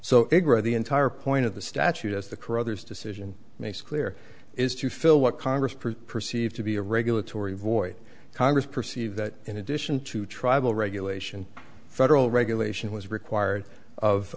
so the entire point of the statute as the caruthers decision makes clear is to fill what congress power perceived to be a regulatory void congress perceived that in addition to tribal regulation federal regulation was required of